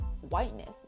whiteness